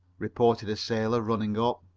reported a sailor, running up.